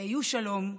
היו שלום,